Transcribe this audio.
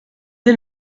est